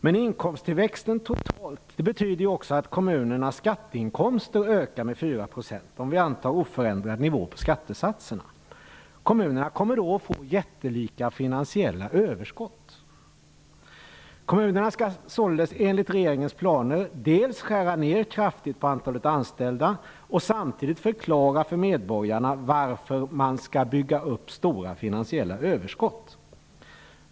Men inkomsttillväxten betyder totalt sett också att kommunernas skatteinkomster ökar med 4 %, vid oförändrad nivå på skattesatserna. Kommunerna kommer då att få jättelika finansiella överskott. Kommunerna skall således, enligt regeringens planer, dels skära ned kraftigt på antalet anställda, dels förklara för medborgarna varför man skall bygga upp stora finansiella överskott.